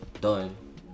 done